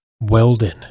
Weldon